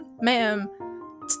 Ma'am